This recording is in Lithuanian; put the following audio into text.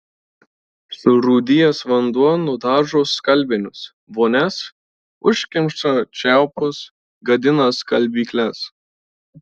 surūdijęs vanduo nudažo skalbinius vonias užkemša čiaupus gadina skalbykles